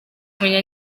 kumenya